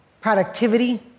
productivity